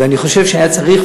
ואני חושב שהיה צריך,